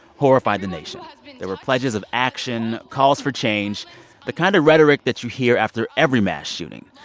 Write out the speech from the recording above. horrified the nation. there were pledges of action, calls for change the kind of rhetoric that you hear after every mass shooting.